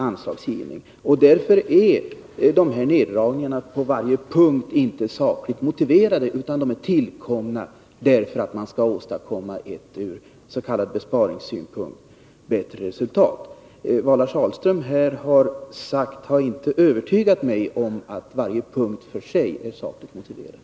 Dessa nedskärningar är alltså inte på varje enskild punkt sakligt motiverade, utan tillkomna för att man skall kunna åstadkomma ett bättre resultat ur besparingssynpunkt. Vad Lars Ahlström här har sagt har inte övertygat mig om att nedskärningarna på varje punkt för sig är sakligt motiverade.